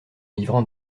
livrant